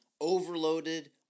overloaded